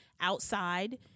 outside